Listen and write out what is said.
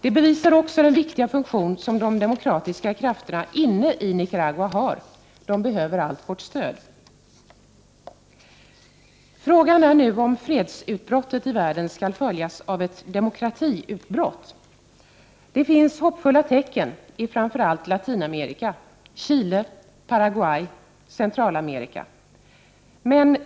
Det bevisar också den viktiga funktion som de demokratiska krafterna inne i Nicaragua har. De behöver allt vårt stöd. Frågan är nu om fredsutbrottet i världen skall följas av ett ”demokratiutbrott”? Det finns hoppfulla tecken i framför allt Latinamerika — Chile, Paraguay och Centralamerika.